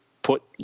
put